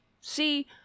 see